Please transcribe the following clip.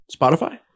Spotify